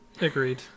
Agreed